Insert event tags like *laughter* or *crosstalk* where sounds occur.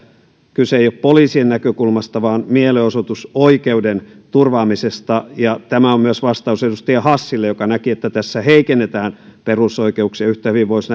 kyse ei ole poliisin näkökulmasta vaan mielenosoitusoikeuden turvaamisesta tämä on myös vastaus edustaja hassille joka näki että tässä heikennetään perusoikeuksia yhtä hyvin voisi *unintelligible*